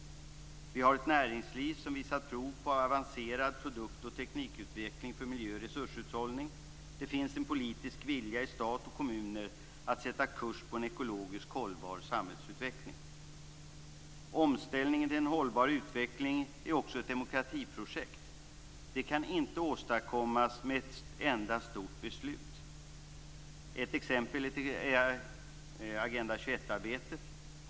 Vi har ett näringsliv som visat prov på avancerad produkt och teknikutveckling för miljö och resurshushållning. Det finns en politisk vilja i stat och kommuner att sätt kurs på en ekologiskt hållbar samhällsutveckling. Omställningen till en hållbar utveckling är också ett demokratiprojekt. Det kan inte åstadkommas med ett enda stort beslut. Ett exempel är Agenda 21-arbetet.